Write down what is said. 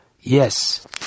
yes